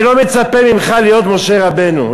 אני לא מצפה ממך להיות משה רבנו.